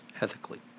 ethically